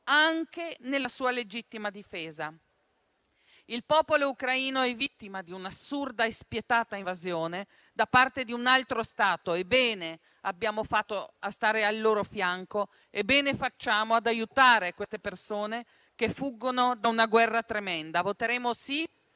anche nella sua legittima difesa. Il popolo ucraino è vittima di un'assurda e spietata invasione da parte di un altro Stato e bene abbiamo fatto a stare al suo fianco e bene facciamo ad aiutare le persone che fuggono da una guerra tremenda. Voteremo sì